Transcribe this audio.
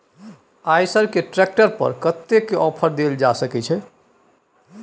आयसर के ट्रैक्टर पर कतेक के ऑफर देल जा सकेत छै?